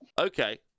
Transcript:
Okay